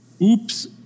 oops